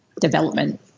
development